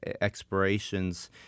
expirations